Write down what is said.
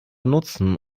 nutzen